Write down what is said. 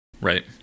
Right